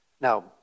Now